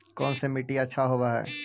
कोन सा मिट्टी अच्छा होबहय?